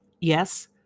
Yes